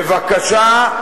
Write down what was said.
בבקשה,